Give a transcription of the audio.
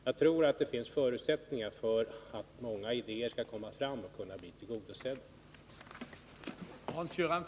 Jag tror således att det finns förutsättningar för att många idéer skall kunna komma fram och bli förverkligade.